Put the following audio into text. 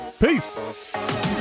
Peace